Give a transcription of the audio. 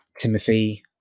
Timothy